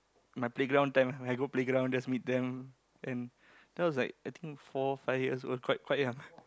my playground time ah when I go playground just meet them and that was like I think four five years old quite quite young